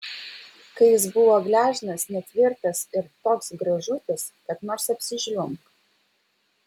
kai jis buvo gležnas netvirtas ir toks gražutis kad nors apsižliumbk